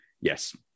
yes